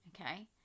Okay